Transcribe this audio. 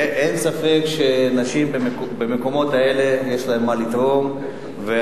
אין ספק שנשים יש להן מה לתרום במקומות האלה,